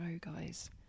guys